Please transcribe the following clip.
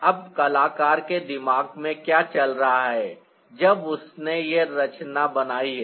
अब कलाकार के दिमाग में क्या चल रहा है जब उसने यह रचना बनाई है